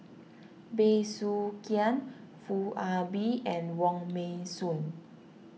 Bey Soo Khiang Foo Ah Bee and Wong Meng soon